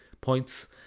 points